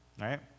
right